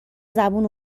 زبون